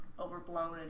overblown